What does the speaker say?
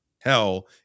hell